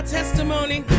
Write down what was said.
testimony